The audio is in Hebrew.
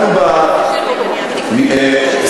יש,